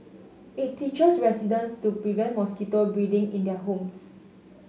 it teaches residents to prevent mosquito breeding in their homes